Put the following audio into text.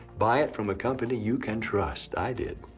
buy it from a company you can trust. i did.